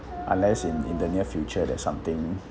unless in in the near future that something